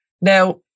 Now